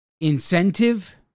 incentive